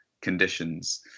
conditions